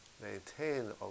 maintain